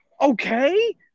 Okay